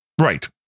Right